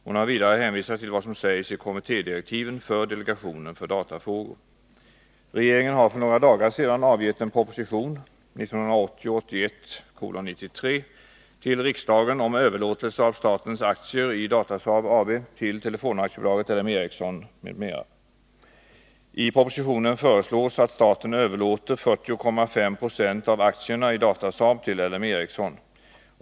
Hon har vidare hänvisat till vad som sägs i kommittédirektiven för delegationen för datafrågor. Regeringen har för några dagar sedan avgett en proposition till riksdagen om överlåtelse av statens aktier i Datasaab AB till Telefonaktiebolaget ÅL M Ericsson m.m. I propositionen föreslås att staten överlåter 40,5 Ze av aktierna i Datasaab till L M Ericsson.